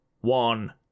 one